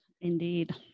Indeed